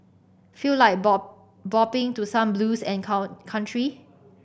feel like bow bopping to some blues and cow country